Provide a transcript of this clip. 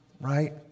right